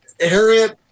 Harriet